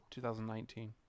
2019